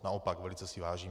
Naopak velice si jí vážím.